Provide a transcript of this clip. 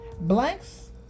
Blanks